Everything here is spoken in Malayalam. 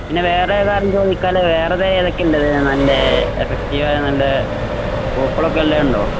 പിന്നെ വേറെ കാര്യം ചോദിക്കാനുള്ളത് വേറെ ഏതാണ് ഏതൊക്കെയാണുള്ളത് നല്ല എഫക്റ്റീവ് ആയ നല്ല പൂക്കളൊക്കെയുള്ളതുണ്ടോ